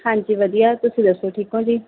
ਹਾਂਜੀ ਵਧੀਆ ਤੁਸੀਂ ਦੱਸੋ ਠੀਕ ਹੋ ਜੀ